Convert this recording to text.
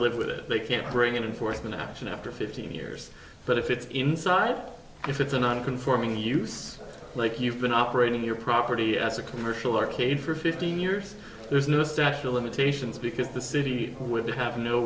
live with it they can't bring it in force in action after fifteen years but if it's inside if it's a non conforming youth like you've been operating your property as a commercial arcade for fifteen years there's no statute of limitations because the city would have no